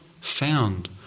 found